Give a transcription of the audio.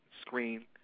screen